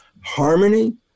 Harmony